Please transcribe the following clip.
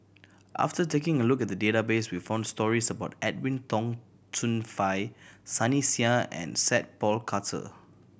after taking a look at the database we found stories about Edwin Tong Chun Fai Sunny Sia and Sat Pal Khattar